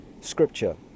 scripture